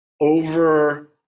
over